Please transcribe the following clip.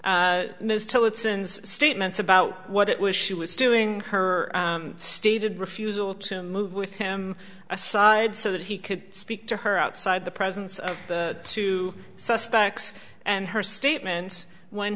tillotson statements about what it was she was doing her stated refusal to move with him aside so that he could speak to her outside the presence of the two suspects and her statements when